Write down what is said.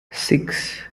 six